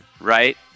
Right